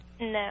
No